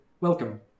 welcome